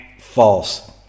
False